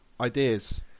Ideas